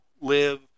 live